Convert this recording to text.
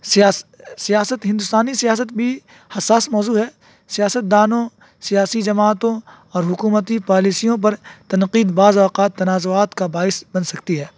سیاست ہندوستانی سیاست بھی حساس موضوع ہے سیاستدانوں سیاسی جماعتوں اور حکومتی پالیسیوں پر تنقید بعض اوقات تنازعات کا باعث بن سکتی ہے